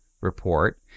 report